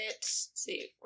See